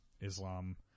Islam